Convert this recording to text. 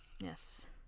Yes